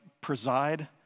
preside